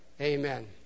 Amen